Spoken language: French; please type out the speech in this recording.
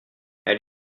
elle